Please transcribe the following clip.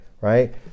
right